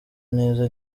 neza